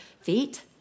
feet